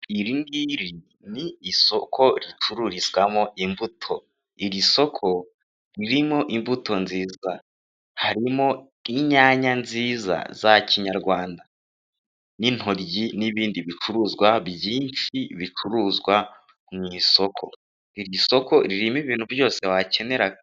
Iri ngiri ni isoko ricururizwamo imbuto, iri soko ririmo imbuto nziza, harimo inyanya nziza za kinyarwanda, n'intoryi n'ibindi bicuruzwa byinshi bicuruzwa mu isoko, iri soko ririmo ibintu byose wakenera.